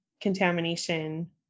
contamination